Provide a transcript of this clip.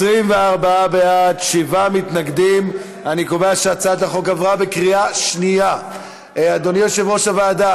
מנכ"ל בז"ן ומנהלי המפעלים במתחם זומנו